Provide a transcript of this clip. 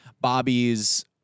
bobby's